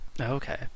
Okay